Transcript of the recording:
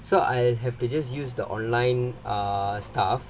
so I'll have to just use the online err stuff